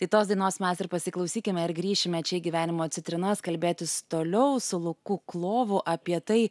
tai tos dainos mes ir pasiklausykime ir grįšime čia į gyvenimo citrinas kalbėtis toliau su luku klovu apie tai